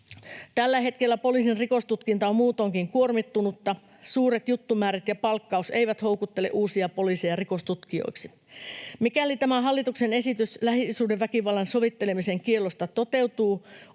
Tällä hetkellä poliisin rikostutkinta on muutoinkin kuormittunutta. Suuret juttumäärät ja palkkaus eivät houkuttele uusia poliiseja rikostutkijoiksi. Mikäli tämä hallituksen esitys lähisuhdeväkivallan sovittelemisen kiellosta toteutuu,